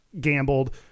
gambled